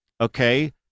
okay